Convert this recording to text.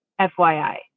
fyi